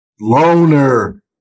loner